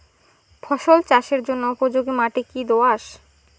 ফসল চাষের জন্য উপযোগি মাটি কী দোআঁশ?